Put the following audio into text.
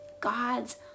God's